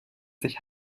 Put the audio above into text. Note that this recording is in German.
sich